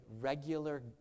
regular